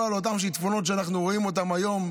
על אותם שיטפונות שאנחנו רואים אותם היום,